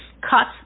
cut